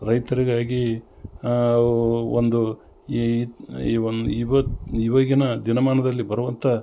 ರೈತರಿಗಾಗಿ ಒಂದು ಈ ಒಂದು ಇವಾಗ ಇವಾಗಿನ ದಿನಮಾನದಲ್ಲಿ ಬರುವಂಥ